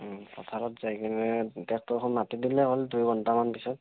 পথাৰত যাই কিনে ট্ৰেক্টৰখন মাতি দিলে হ'ল দুই ঘণ্টামান পিছত